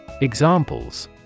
Examples